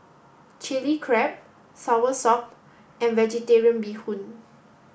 chili crab soursop and vegetarian bee hoon